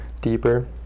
deeper